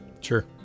sure